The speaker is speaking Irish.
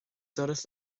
doras